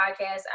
podcast